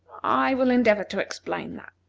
i will endeavor to explain that,